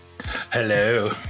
Hello